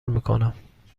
میکنم